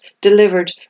delivered